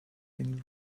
been